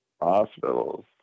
Hospitals